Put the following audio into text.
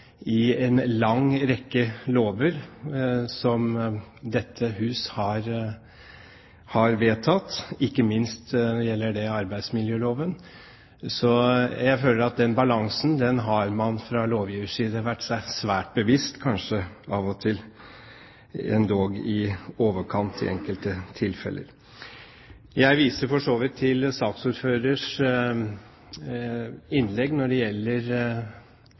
i en lang rekke lover, som dette hus har vedtatt, ikke minst gjelder det arbeidsmiljøloven. Jeg føler at den balansen har man fra lovgivers side vært seg svært bevisst – kanskje av og til endog i overkant bevisst i enkelte tilfeller. Jeg viser for så vidt til saksordførerens innlegg når det gjelder